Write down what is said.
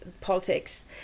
politics